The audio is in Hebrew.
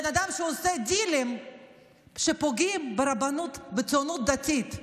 בן אדם שעושה דילים שפוגעים ברבנות ובציונות הדתית,